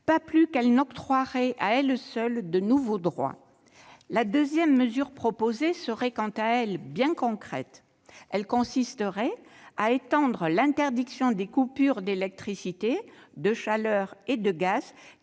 pas plus qu'elle n'octroierait, à elle seule, de nouveaux droits. La deuxième mesure proposée serait, quant à elle, bien concrète. Elle consisterait à étendre l'interdiction des coupures d'électricité, de chaleur et de gaz,